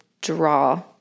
draw